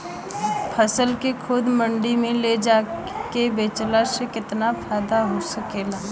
फसल के खुद मंडी में ले जाके बेचला से कितना फायदा हो सकेला?